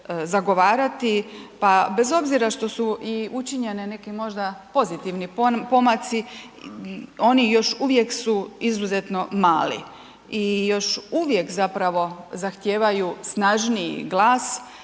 zagovarati pa bez obzira što su i učinjeni neki možda pozitivni pomaci, oni još uvijek su izuzetno mali i još uvijek zapravo zahtijevaju snažniji glas